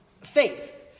faith